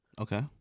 Okay